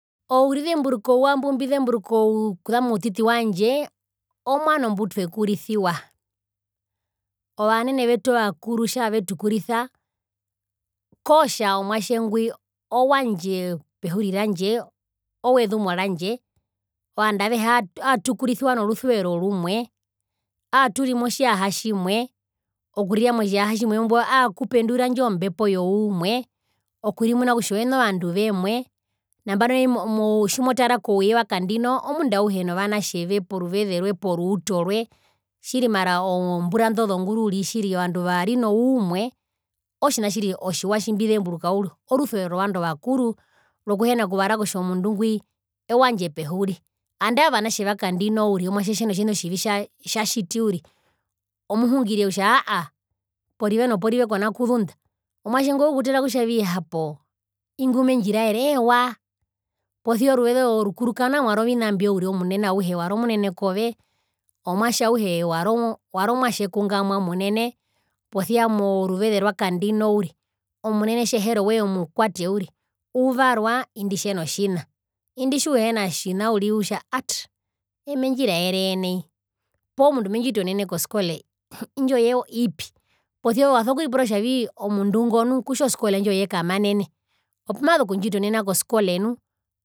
Ourizemburuka ouwa mbumbizemburuka okuza moutiti wandje omwano mbutwekurisiwa ovanene vetu ovakuru tjaavetukurisa kootja omwatje ngwi owandje pehuri randje owezumo randje ovandu aatu atukurisiwa norusuvero rumwe aaturi motjiyaha tjimwe okurira motjiyaha tjimwe mbo aakupendura indjo mbepo youumwe okurimuna kutja owene ovandu vemwe nambano nai tjimotara kouye wakandino omundo auhe novanatjeve poruvezerwe poruuto rwe tjiri mara ozombura indo zonguru uriri tjiri ovandu vari noumwe ootjina tjimbizemburuka uriri otjiwa tjimbizemburuka uriri orusuvero rovandu ovakuru rokuhena kuvara kutja omundu ngwi owandje pehuri andae ovanatje vakandino uriri omwatje tjeno tjina otjivi tja tjatjiti uri omuhungire kutja aahaa porive nokorive kona kuzunda owatje ukutara kutjavi hapo ingwi ngumendjiraere eewaa posia oruveze orukuru kana mwari ovina mbio uriri omunene auhe wari onene kove omwatje auhe wari omwatje kungamwa munene posia moruveze rwa kandino uri omunenetjeheri owee omukwate uriri uvarwa indi tjeno tjina indi tjehena tjina uriri utja ata eemendjiraere nai poo mundu mendjitonene koskole uuhmm indjoye ipi posia uso kuripura kutjavii omundu ngo nu kutja oskole indjoye kamanene opumazu okundjitonena koskole nu.